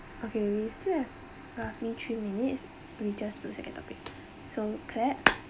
okay we still have uh three minutes we just do second topic so clap